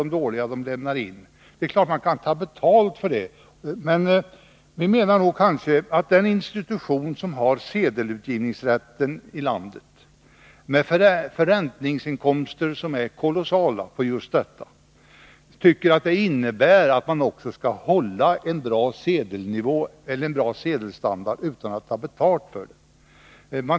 Naturligtvis kan riksbanken ta betalt för sådana tjänster, men vi menar att den institution som har sedelutgivningsrätten i landet och följaktligen också får förräntningsinkomster som blir kolossala också skall hålla en bra sedelstandard utan att ta betalt för det.